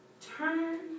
turn